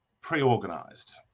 pre-organized